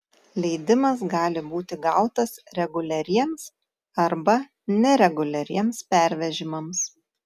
leidimas gali būti gautas reguliariems arba nereguliariems pervežimams